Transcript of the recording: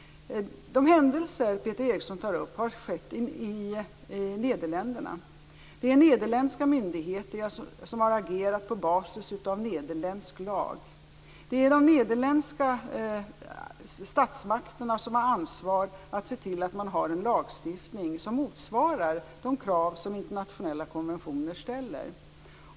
De händelser Peter Eriksson tar upp har skett i Nederländerna. Det är nederländska myndigheter som har agerat på basis av nederländsk lag. Det är de nederländska statsmakterna som har ansvar för att man har en lagstiftning som motsvarar de krav som internationella konventioner ställer.